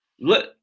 let